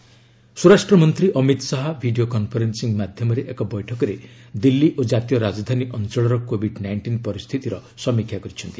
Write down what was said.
Shah review meeting ସ୍ୱରାଷ୍ଟ୍ର ମନ୍ତ୍ରୀ Amit Shah video conferencing ମାଧ୍ୟରେ ଏକ ବୈଠକରେ ଦିଲ୍ଲୀ ଓ ଜାତୀୟ ରାଜଧାନୀ ଅଞ୍ଚଳର କୋଭିଡ୍ ନାଇଣ୍ଟିନ୍ ପରିସ୍ଥିତିର ସମୀକ୍ଷା କରିଛନ୍ତି